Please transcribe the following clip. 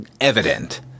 evident